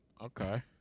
Okay